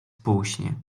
półśnie